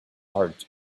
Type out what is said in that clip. heart